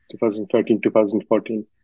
2013-2014